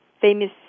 famous